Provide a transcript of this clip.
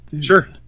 Sure